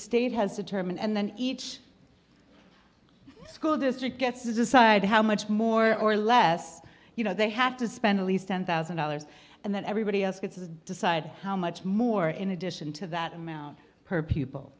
state has determine and then each school district gets decide how much more or less you know they have to spend at least ten thousand dollars and then everybody else gets decide how much more in addition to that amount per pupil